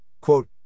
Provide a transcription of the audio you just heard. quote